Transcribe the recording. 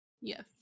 Yes